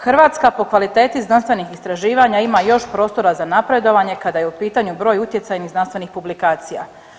Hrvatska po kvaliteti znanstvenih istraživanja ima još prostora za napredovanje kada je u pitanju broj utjecajnih znanstvenih publikacija.